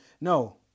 no